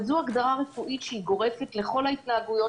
אבל זו הגדרה רפואית שגורפת לכל ההתנהגויות